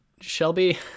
Shelby